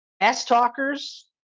S-talkers